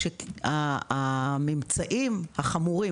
כשהממצאים החמורים,